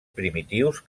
primitius